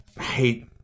hate